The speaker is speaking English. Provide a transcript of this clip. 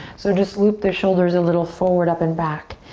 so just loop their shoulders a little forward, up and back.